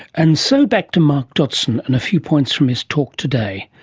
and so back to mark dodgson and a few points from his talk today.